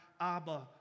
Abba